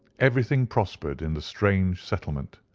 everything prospered in the strange settlement.